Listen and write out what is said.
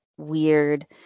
Weird